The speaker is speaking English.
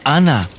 Anna